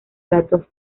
platos